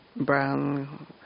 brown